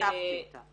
כתבתי אותה.